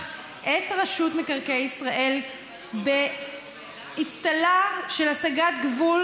את רשות מקרקעי ישראל באצטלה של הסגת גבול,